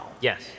Yes